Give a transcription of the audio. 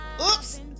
oops